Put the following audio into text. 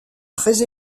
très